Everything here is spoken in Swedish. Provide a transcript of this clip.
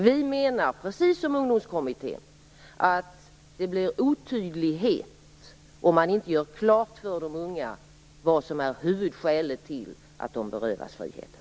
Vi menar, precis som Ungdomskommittén, att det blir otydlighet om man inte gör klart för de unga vad som är huvudskälet till att de berövas friheten.